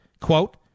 quote